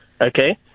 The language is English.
okay